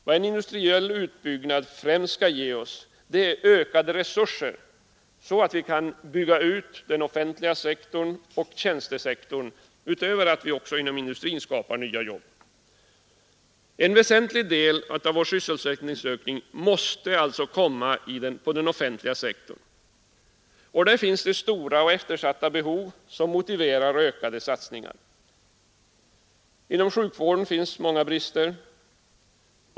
Vad en industriell utbyggnad främst skall ge oss är ökade resurser så att vi kan bygga ut den offentliga sektorn och tjänstesektorn utöver att vi också inom industrin skapar nya jobb. En väsentlig del av vår sysselsättningsökning måste alltså komma på den offentliga sektorn. Och där finns det stora och eftersatta behov som motiverar ökade satsningar. Inom sjukvården finns många brister.